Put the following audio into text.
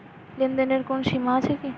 লেনদেনের কোনো সীমা আছে কি?